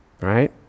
right